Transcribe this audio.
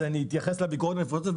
אז אתייחס לביקורת המפורטת,